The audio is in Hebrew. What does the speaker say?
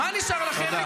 מה נשאר לכם?